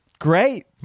Great